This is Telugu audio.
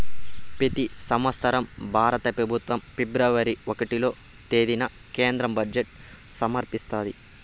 పెతి సంవత్సరం భారత పెబుత్వం ఫిబ్రవరి ఒకటో తేదీన కేంద్ర బడ్జెట్ సమర్పిస్తాది